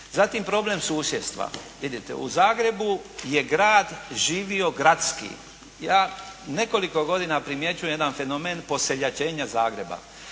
Zatim problem susjedstva. Vidite, u Zagrebu je grad živio gradski. Ja nekoliko godina primjećujem jedan fenomen poseljačenja Zagreba.